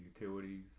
utilities